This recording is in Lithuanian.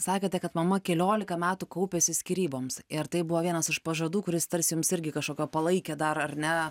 sakote kad mama keliolika metų kaupėsi skyryboms ir tai buvo vienas iš pažadų kuris tarsi jums irgi kažkokio palaikė dar ar ne